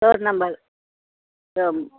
door number ತೊಮ್